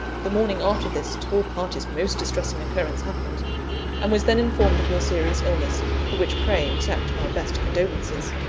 the morning after this to-all-parties-most-distressing occurrence happened and was then informed of your serious illness, for which pray accept my best condolences.